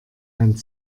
hand